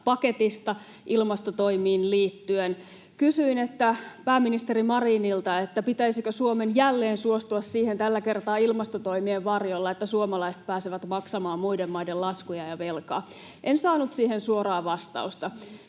paketista ilmastotoimiin liittyen. Kysyin pääministeri Marinilta, pitäisikö Suomen jälleen suostua siihen, tällä kertaa ilmastotoimien varjolla, että suomalaiset pääsevät maksamaan muiden maiden laskuja ja velkaa. En saanut siihen suoraa vastausta.